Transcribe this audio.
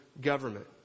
government